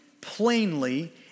plainly